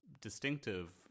distinctive